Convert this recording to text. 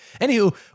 Anywho